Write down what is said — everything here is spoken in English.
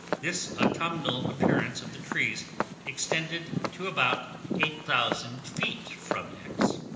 this autumnal appearance of the trees extended to about eight thousand feet from x.